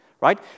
right